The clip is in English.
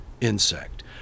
insect